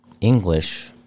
English